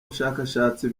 bushakashatsi